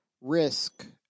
risk